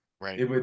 right